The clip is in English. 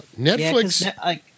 Netflix